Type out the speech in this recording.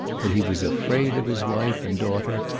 but he was afraid of his wife and daughter,